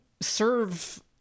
serve